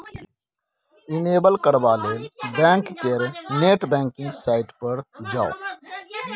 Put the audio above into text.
enable करबा लेल bank केर नेट बैंकिंग साइट पर जाउ